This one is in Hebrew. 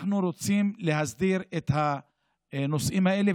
אנחנו רוצים להסדיר את הנושאים האלה,